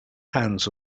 hands